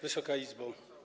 Wysoka Izbo!